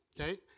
Okay